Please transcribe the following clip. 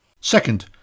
Second